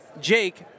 Jake